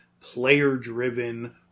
player-driven